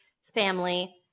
family